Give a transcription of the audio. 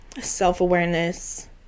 self-awareness